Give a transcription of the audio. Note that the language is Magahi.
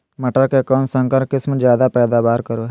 मटर के कौन संकर किस्म जायदा पैदावार करो है?